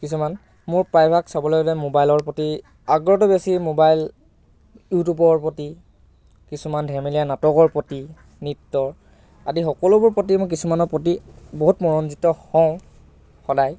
কিছুমান মোৰ প্ৰায়ভাগ চাবলৈ হ'লে ম'বাইলৰ প্ৰতি আগ্ৰহটো বেছি ম'বাইল ইউটিউবৰ প্ৰতি কিছুমান ধেমেলীয়া নাটকৰ প্ৰতি নৃত্য আদি সকলোবোৰ প্ৰতি মোৰ কিছুমানৰ প্ৰতি বহুত মনোৰঞ্জিত হওঁ সদায়